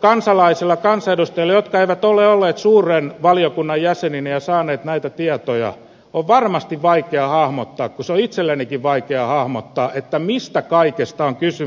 kansalaisten kansanedustajien jotka eivät ole olleet suuren valiokunnan jäseninä ja saaneet näitä tietoja on varmasti vaikea hahmottaa kun se on itsellenikin vaikeaa hahmottaa mistä kaikesta on kysymys